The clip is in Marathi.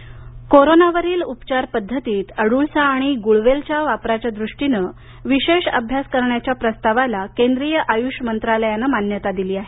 अडळसा गळवेल कोरोनावरील उपचार पद्धतीत अड्क्सा आणि गुळवेलच्या वापराच्या दृष्टीनं विशेष अभ्यास करण्याच्या प्रस्तावाला केंद्रीय आयुष मंत्रालयानं मान्यता दिली आहे